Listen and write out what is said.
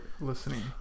listening